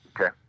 okay